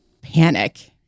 panic